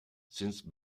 since